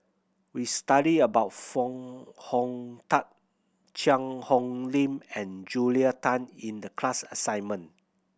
we studied about Foo Hong Tatt Cheang Hong Lim and Julia Tan in the class assignment